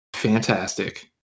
fantastic